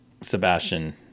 Sebastian